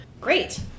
Great